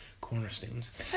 cornerstones